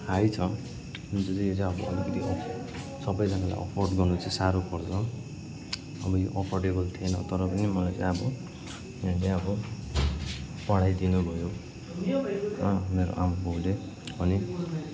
high छ जुन चाहिँ चाहिँ यो चाहिँ अब अलिकति सबैजानाले अफोर्ड गर्नु चाहिँ साह्रो पर्छ अब यो अफोर्डेबल थिएन तर पनि मलाई चाहिँ अब यहाँहरूले अब पढाइ दिनुभयो हो मेरो आमा बाउले अनि